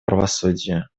правосудию